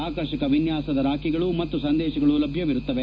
ಆಕರ್ಷಕ ವಿನ್ಯಾಸದ ರಾಖಿಗಳು ಮತ್ತು ಸಂದೇಶಗಳು ಲಭ್ಯವಿರುತ್ತವೆ